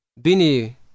Bini